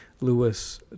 Lewis